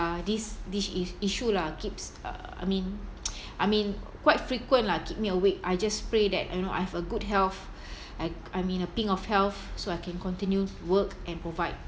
uh this this is~ issue lah keeps uh I mean I mean quite frequent lah keep me awake I just pray that you know I've a good health I I'm in a pink of health so I can continue work and provide